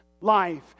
life